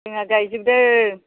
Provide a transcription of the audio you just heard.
जोंना गायजोबदों